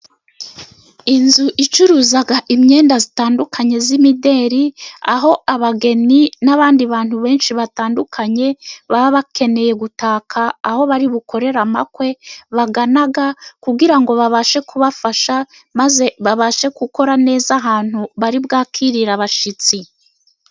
Inzu icuruza imyenda itandukanye y'imideri, aho abageni n'abandi bantu benshi batandukanye baba bakeneye gutaka aho bari bukorere amakwe bagana kugira ngo babashe kubafasha, maze babashe gukora neza ahantu bari bwakirira abashyitsi.